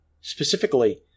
Specifically